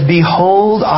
Behold